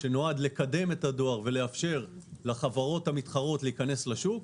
שנועד לקדם את הדואר ויאפשר לחברות המתחרות להיכנס לשוק.